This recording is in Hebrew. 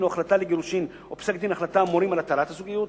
או החלטה לגירושים או פסק-דין או החלטה המורים על התרת הזוגיות,